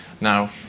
Now